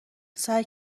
سعی